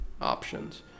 options